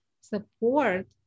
support